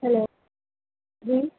hello جی